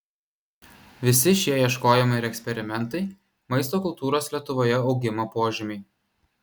visi šie ieškojimai ir eksperimentai maisto kultūros lietuvoje augimo požymiai